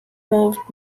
moved